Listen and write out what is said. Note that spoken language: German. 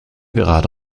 gerade